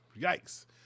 yikes